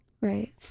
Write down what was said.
right